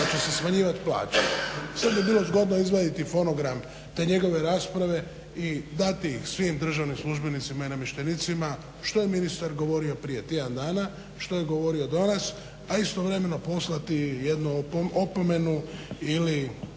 da će se smanjivati plaće. Sad bi bilo zgodno izvaditi fonogram te njegove rasprave i dati svim državnim službenicima i namještenicima što je ministar govorio prije tjedan dana, što je govorio danas, a istovremeno poslati jednu opomenu ili